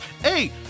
Hey